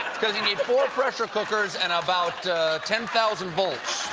because you need four pressure cookers, and about ten thousand volts.